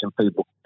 people